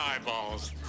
eyeballs